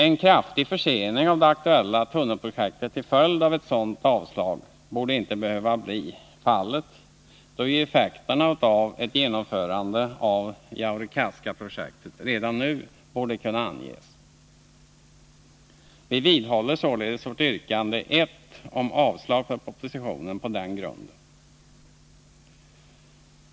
En krafti ig försening av det aktuella Onsdagen den ”tunnelprojektet till följd av ett sådant avslag borde inte behöva blir fallet, då 3 december 1980 ju effekterna av ett genomförande av Jaurekaskaprojektet redan nu borde kunna anges. Vi vidhåller således vårt yrkande 1 om avslag på propositionen på den grunden.